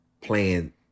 playing